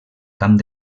camp